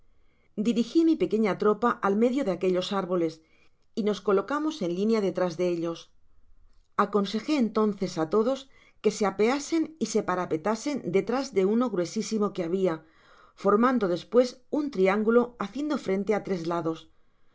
mi pequeña tropa al medio de aquellos árboles y nos colocamos en linea detrás de ellos aconsejé entonces á todos que se apeasen y se parapetasen detrás de uno gruesísimo que habia formando despues un triángulo haciendo frente á tres lados